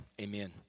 amen